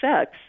sex